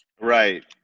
Right